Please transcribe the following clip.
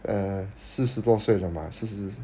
uh 四十多岁了 mah 四十